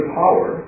power